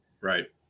Right